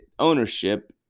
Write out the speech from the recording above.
ownership